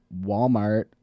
walmart